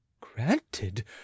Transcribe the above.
Granted